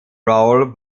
roll